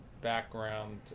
background